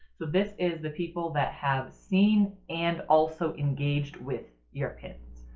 so this is the people that have seen and also engaged with your pins.